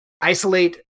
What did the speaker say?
isolate